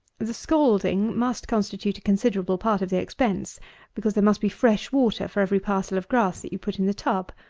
the scalding must constitute a considerable part of the expense because there must be fresh water for every parcel of grass that you put in the tub.